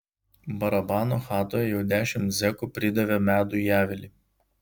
barabano chatoje jau dešimt zekų pridavė medų į avilį